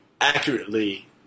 accurately